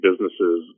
businesses